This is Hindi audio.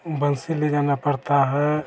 बंसी ले जाना पड़ता है